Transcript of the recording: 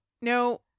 no